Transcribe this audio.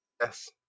Yes